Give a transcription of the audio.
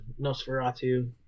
Nosferatu